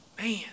Man